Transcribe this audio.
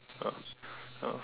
ah ah